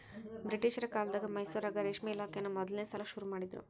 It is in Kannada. ಬ್ರಿಟಿಷರ ಕಾಲ್ದಗ ಮೈಸೂರಾಗ ರೇಷ್ಮೆ ಇಲಾಖೆನಾ ಮೊದಲ್ನೇ ಸಲಾ ಶುರು ಮಾಡಿದ್ರು